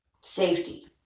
Safety